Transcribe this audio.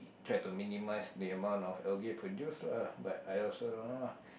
try to minimise the amount of algae produce lah but I also don't know ah